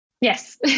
Yes